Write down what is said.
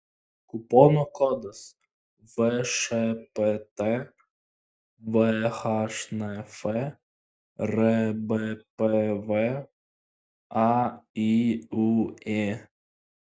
kupono kodas všpt vhnf rbpv ayuė